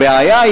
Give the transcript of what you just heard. הבעיה,